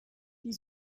die